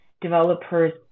developers